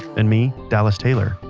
and me, dallas taylor.